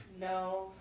No